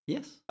Yes